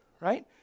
right